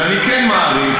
שאני כן מעריך,